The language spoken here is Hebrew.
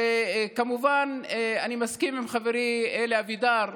וכמובן אני מסכים עם חברי אלי אבידר,